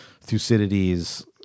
Thucydides